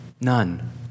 None